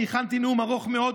אני הכנתי נאום ארוך מאוד,